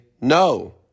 No